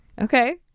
Okay